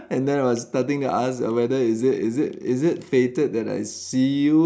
and then I was starting to ask whether is it is it is it fated that I see you